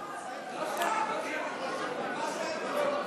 לא, לא שמית.